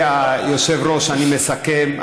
היושב-ראש, אני מסכם.